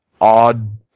odd